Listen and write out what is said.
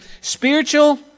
Spiritual